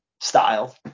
style